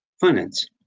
finance